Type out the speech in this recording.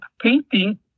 painting